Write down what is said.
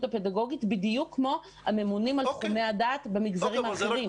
הפדגוגית בדיוק כמו הממונים על תחומי הדעת במגזרים האחרים.